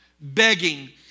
begging